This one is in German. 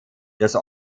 das